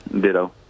Ditto